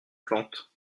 plantes